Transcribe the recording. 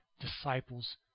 disciples